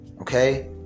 Okay